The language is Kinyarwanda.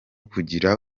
kugira